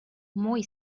muy